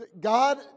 God